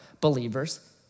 believers